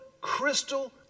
crystal